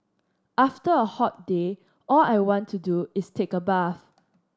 after a hot day all I want to do is take a bath